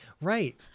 Right